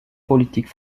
politique